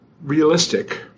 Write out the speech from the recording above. realistic